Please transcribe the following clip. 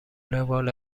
روال